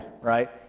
right